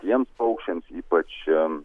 tiems paukščiams ypač